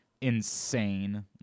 insane